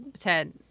Ted